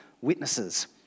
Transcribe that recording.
witnesses